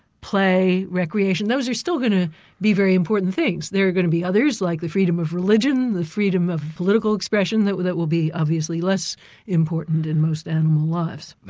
play, recreation, those are still going to be very important things. there are going to be others like the freedom of religion, and the freedom of political expression that will that will be obviously less important in most animal lives.